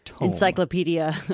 encyclopedia